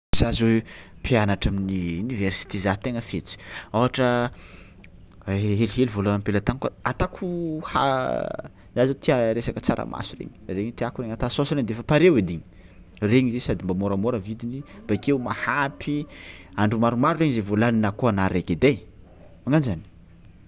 Zaho zao mpianatra amin'ny université za tegna fetsy, ôhatra a he- helihely vôla am-pelatàgnako atako ha- za zao tia resaka tsaramaso regny, regny tiàko ata saosy regny de fa pare edy, regny izy sady mba môramôra vidiny bakeo mahampy andro maromaro regny zay vao laninà koa anà araiky edy ai, magnan-jany.